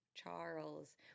Charles